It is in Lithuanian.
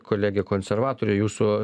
kolegė konservatorė jūsų